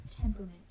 temperament